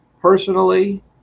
personally